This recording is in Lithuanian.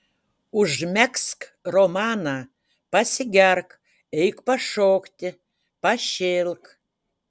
užmegzk romaną pasigerk eik pašokti pašėlk